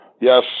yes